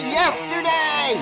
yesterday